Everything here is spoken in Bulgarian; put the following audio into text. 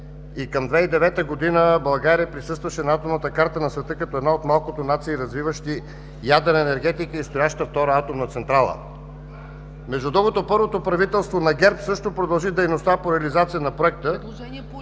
Към 2009 г. България присъстваше на атомната карта на света като една от малкото нации, развиващи ядрена енергетика, и строяща втора атомна централа. Между другото, първото правителство на ГЕРБ също продължи дейността по реализация на проекта,